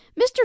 mr